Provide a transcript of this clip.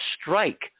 strike